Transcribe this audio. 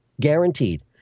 Guaranteed